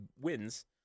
wins